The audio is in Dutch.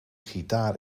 gitaar